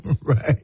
Right